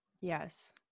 Yes